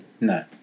No